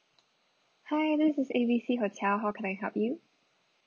hi this is A B C hotel how can I help you